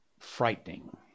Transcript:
frightening